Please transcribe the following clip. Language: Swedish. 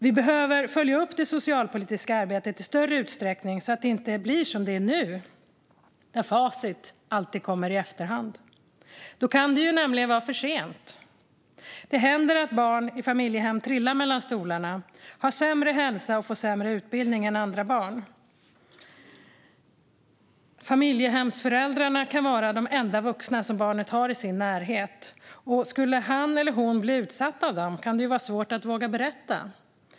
Vi behöver följa upp det socialpolitiska arbetet i större utsträckning så att det inte blir som det är nu, det vill säga att facit alltid kommer i efterhand. Då kan det nämligen vara för sent. Det händer att barn i familjehem trillar mellan stolarna och har sämre hälsa och får sämre utbildning än andra barn. Familjehemsföräldrarna kan vara de enda vuxna som barnet har i sin närhet, och skulle han eller hon bli utsatt av dem kan det vara svårt att våga berätta.